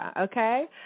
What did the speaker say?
Okay